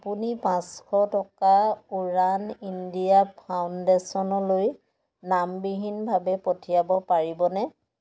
আপুনি পাঁচশ টকা উড়ান ইণ্ডিয়া ফাউণ্ডেশ্যনলৈ নামবিহীনভাৱে পঠিয়াব পাৰিবনে